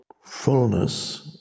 fullness